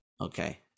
Okay